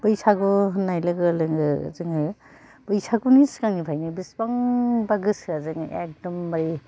बैसागु होन्नाय लोगो लोगो जोङो बैसागुनि सिगांनिफ्रायनो बेसेबांबा गोसो जोङो एखदम बारे